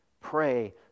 pray